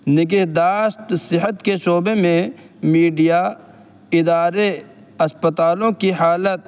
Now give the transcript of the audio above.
نگہداشت صحت کے شعبے میں میڈیا ادارے اسپتالوں کی حالت